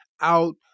out